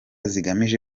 zigamije